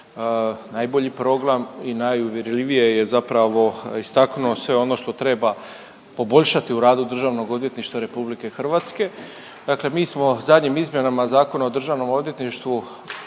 najbolji program i najuvjerljivije je zapravo istaknuo sve ono što treba poboljšati u radu DORH-a, dakle mi smo zadnjim izmjenama Zakona o državnom odvjetništvu